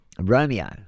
Romeo